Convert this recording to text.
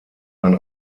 man